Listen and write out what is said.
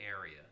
area